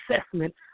assessment